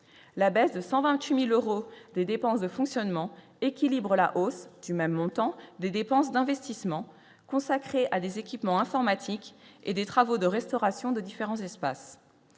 la baisse de 120000 euros, des dépenses de fonctionnement, équilibre, la hausse du même montant des dépenses d'investissements consacrés à des équipements informatiques et des travaux de restauration de différents espaces